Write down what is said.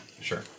Sure